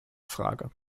frage